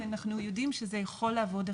כי אנחנו יודעים שזה יכול לעבוד אחרת.